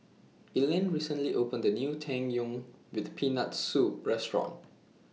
Ellyn recently opened A New Tang Yuen with Peanut Soup Restaurant